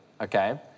okay